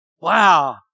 Wow